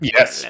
Yes